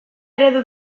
eredu